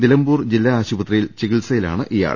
നിലമ്പൂർ ജില്ലാ ആശുപത്രിയിൽ ചികിത്സയിലാണ് ഇയാൾ